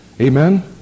Amen